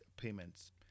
payments